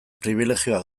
pribilegioak